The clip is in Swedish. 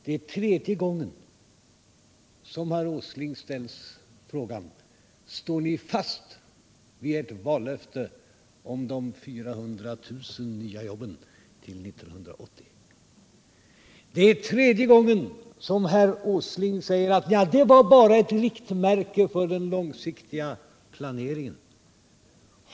Det är tredje gången som herr Åsling ställs inför frågan: Står ni fast vid ert vallöfte om de 400 000 nya jobben till 1980? Det är tredje gången som herr Åsling säger att det var bara ett riktmärke för den långsiktiga planeringen.